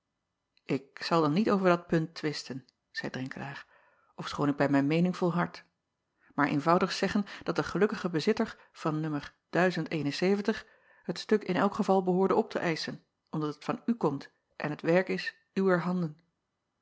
k zal dan niet over dat punt twisten zeî renkelaer ofschoon ik bij mijn o meening volhard maar eenvoudig zeggen dat de gelukkige bezitter van n het stuk in elk geval behoorde op te eischen omdat het van u komt en het werk is uwer handen